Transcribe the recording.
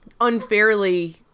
unfairly